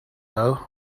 though